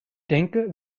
denke